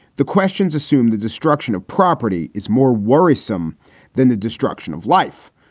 the questions assume the destruction of property is more worrisome than the destruction of life.